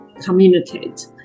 communicate